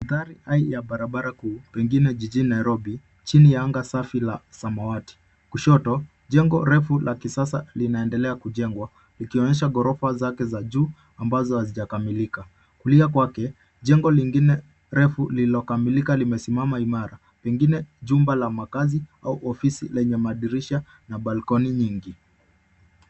Gari ya barabara kuu pengine jijini Nairobi chini ya anga safi la samawati. Kushoto jengo refu la kisasa linaendelea kujengwa likionyesha ghorofa zake za juu ambazo hazijakamilikia. Kulia kwake jengo lingine refu lililokamilka limesimama imara pengine jumba la makazi au ofisi lenye madirisha na balkoni nyingi.